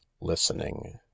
listening